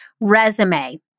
resume